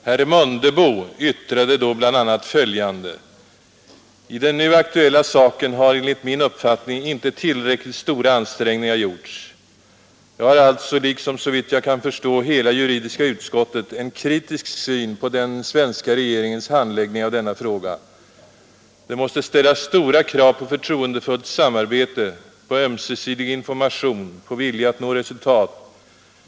Herr Mundebo yttrade då bl.a. följande: ”I den nu aktuella saken har enligt min uppfattning inte tillräckligt stora ansträngningar gjorts. Jag har alltså, liksom — såvitt jag kan förstå — hela juridiska utskottet, en kritisk syn på den svenska regeringens handläggning av denna fråga. Det måste ställas stora krav på förtroendefullt samarbete, på ömsesidig information, på vilja att nå resultat.